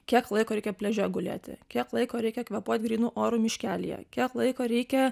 kiek laiko reikia pliaže gulėti kiek laiko reikia kvėpuot grynu oru miškelyje kiek laiko reikia